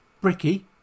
bricky